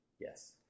yes